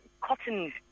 cotton